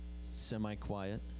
semi-quiet